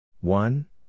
One